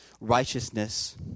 righteousness